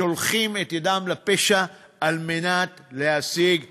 שולחים את ידם לפשע על מנת להשיג כסף,